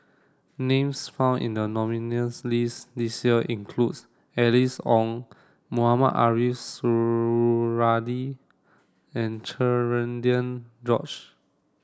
names found in the nominees' list this year include Alice Ong Mohamed Ariff Suradi and Cherian George